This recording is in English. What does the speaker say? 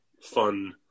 fun